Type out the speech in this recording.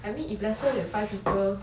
I mean if lesser than five people